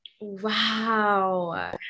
Wow